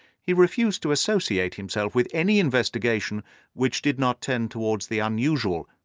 he refused to associate himself with any investigation which did not tend towards the unusual,